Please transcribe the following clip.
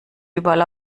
überall